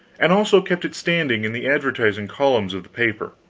and also kept it standing in the advertising columns of the paper.